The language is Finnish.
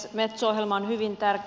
metso ohjelma on hyvin tärkeä